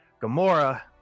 Gamora